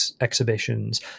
exhibitions